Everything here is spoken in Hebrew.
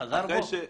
חזר בו?